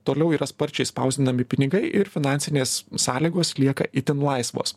toliau yra sparčiai spausdinami pinigai ir finansinės sąlygos lieka itin laisvos